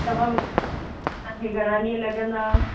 तव्हां असांखे घणा ॾींहं लॻंदा